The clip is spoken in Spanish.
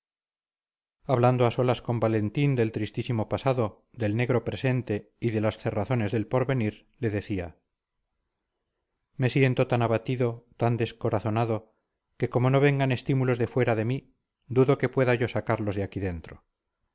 hablando a solas con valentín del tristísimo pasado del negro presente y de las cerrazones del porvenir le decía me siento tan abatido tan descorazonado que como no vengan estímulos de fuera de mí dudo que pueda yo sacarlos de aquí dentro